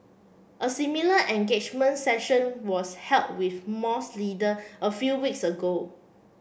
a similar engagement session was held with leaders a few weeks ago